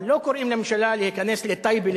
אבל לא קוראים לממשלה להיכנס לטייבה,